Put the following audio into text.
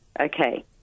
Okay